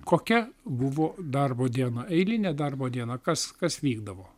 kokia buvo darbo diena eilinė darbo diena kas kas vykdavo